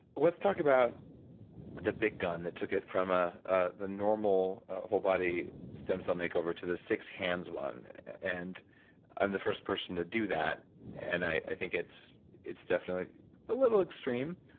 let's talk about the big gun that took it from ah ah the normal wholebody stem cell makeover to the six hands one. and i'm the first person to do that and i think it's it's definitely a little extreme,